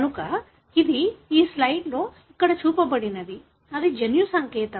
కనుక ఇది ఈ స్లయిడ్లో ఇక్కడ చూపబడినది అది జన్యు సంకేతం